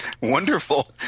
Wonderful